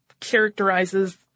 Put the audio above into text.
characterizes